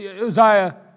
Uzziah